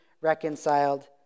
reconciled